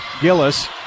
Gillis